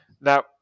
Now